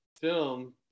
film